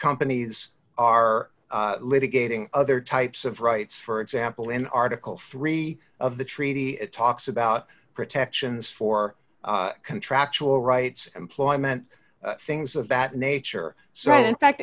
companies are litigating other types of rights for example in article three of the treaty it talks about protections for contractual rights employment things of that nature so that in fact